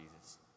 Jesus